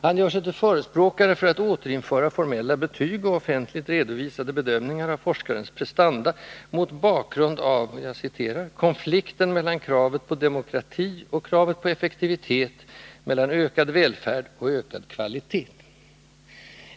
Han gör sig till förespråkare för att återinföra formella betyg och offentligt redovisade bedömningar av forskarens prestanda mot bakgrund av ”konflikten mellan kravet på demokrati och kravet på effektivitet, mellan ökad välfärd och ökad kvalitet”.